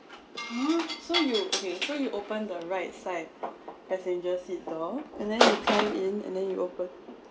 mm so you okay so you open the right side passenger seat door and then you came in and then you open